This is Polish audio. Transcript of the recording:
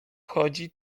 chodzi